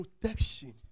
protection